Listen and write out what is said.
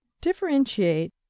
Differentiate